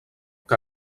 que